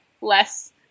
less